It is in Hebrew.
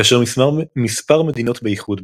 כאשר מספר מדינות באיחוד,